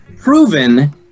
proven